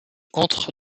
entre